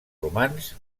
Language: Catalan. romans